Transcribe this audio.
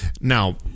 Now